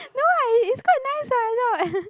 no ah it it's quite nice ah